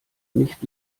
nicht